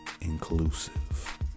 inclusive